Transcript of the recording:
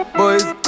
boys